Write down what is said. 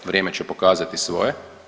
Vrijeme će pokazati svoje.